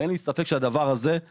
ואין לי ספק שהדבר הזה יעשה שינוי.